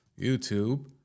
YouTube